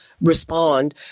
respond